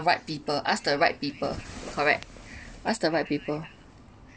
ask people ask the right people correct ask the right people